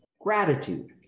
gratitude